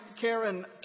Karen